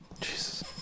Jesus